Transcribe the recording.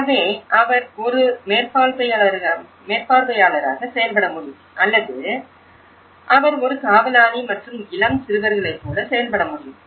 எனவே அவர் ஒரு மேற்பார்வையாளராக செயல்பட முடியும் அல்லது அவர் ஒரு காவலாளி மற்றும் இளம் சிறுவர்களைப் போல செயல்பட முடியும்